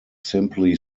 simply